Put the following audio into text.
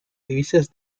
divisas